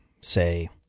say